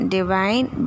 Divine